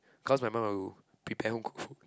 cause my mum will prepare home cook food